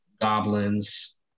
goblins